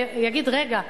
ויגיד: רגע,